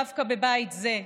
דווקא בבית זה,